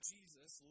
Jesus